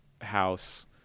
house